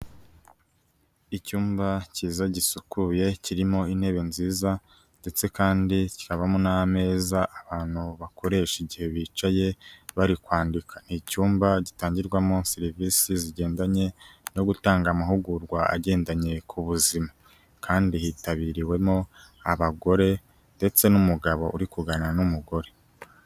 Icyumba cyiza gisukuye, kirimo intebe nziza ndetse kandi kikabamo n'ameza abantu bakoresha igihe bicaye bari kwandika, ni icyumba gitangirwamo serivisi zigendanye no gutanga amahugurwa agendanye ku buzima, kandi hitabiriwemo abagore ndetse n'umugabo uri kuganira n'umugore.